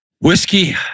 whiskey